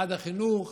משרד החינוך